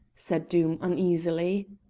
said doom, uneasily.